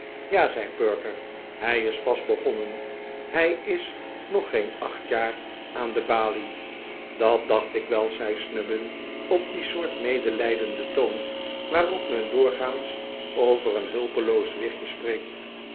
ja zei perker hij is pas begonnen hij is nog geen acht jaar aan de balie dat dacht ik wel zei snubbin op die soort medelijdenden toon waarop men doorgaans over een hulpeloos wichtje spreekt